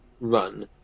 run